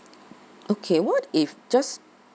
okay what if just